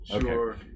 Sure